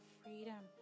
freedom